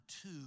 two